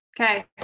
Okay